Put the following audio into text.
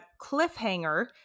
cliffhanger